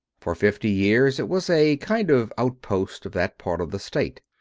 for fifty years it was a kind of outpost of that part of the state.